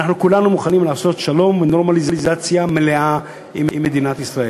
אנחנו כולנו מוכנים לעשות שלום ונורמליזציה מלאה עם מדינת ישראל.